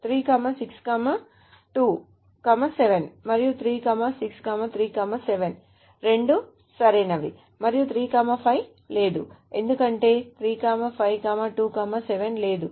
3 6 2 7 మరియు 3 6 3 7 రెండూ సరైనవి మరియు 3 5 లేదు ఎందుకంటే 3 5 2 7 లేదు